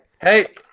hey